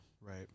Right